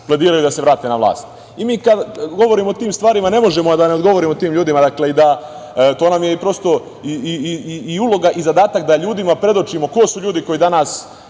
plebiraju da se vrate na vlast. Mi kad govorimo o tim stvarima, ne možemo a da ne odgovorimo tim ljudima, dakle, i da to nam je, prosto, i uloga i zadatak da ljudima predočimo ko su ljudi koji danas